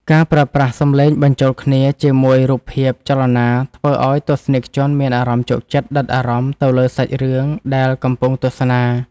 ការប្រើប្រាស់សំឡេងបញ្ចូលគ្នាជាមួយរូបភាពចលនាធ្វើឱ្យទស្សនិកជនមានអារម្មណ៍ជក់ចិត្តដិតអារម្មណ៍ទៅលើសាច់រឿងដែលកំពុងទស្សនា។